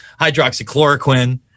hydroxychloroquine